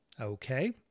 Okay